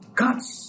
cuts